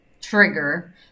trigger